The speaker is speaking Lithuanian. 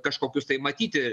kažkokius tai matyti